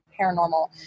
paranormal